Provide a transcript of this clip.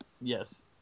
Yes